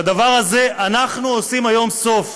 לדבר הזה אנחנו עושים היום סוף.